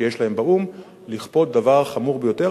שיש להם באו"ם לכפות דבר חמור ביותר,